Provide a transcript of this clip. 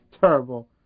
terrible